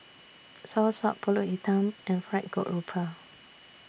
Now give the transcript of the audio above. Soursop Pulut Hitam and Fried Grouper